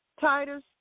Titus